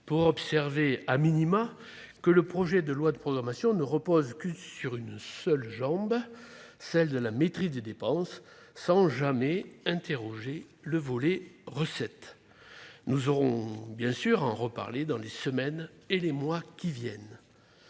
pour observer que le projet de loi de programmation ne repose que sur une jambe, celle de la maîtrise des dépenses, sans jamais interroger le volet recettes. Nous aurons à en reparler dans les semaines et les mois à venir.